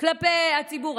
כלפי הציבור?